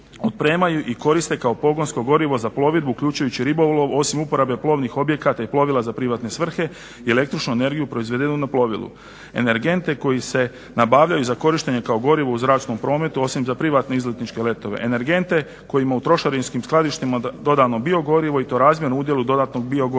otpremaju i koriste kao pogonsko gorivo za plovidbu, uključujući ribolov, osim uporabe plovnih objekata i plovila za privatne svrhe i električnu energiju proizvedenu na plovilu. Energente koji se nabavljaju za korištenje kao gorivo u zračnom prometu, osim za privatne izletničke letove. Energente kojima je u trošarinskim skladištima dodano biogorivo i to razmjerno udjelu dodatnog biogoriva.